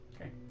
Okay